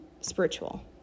spiritual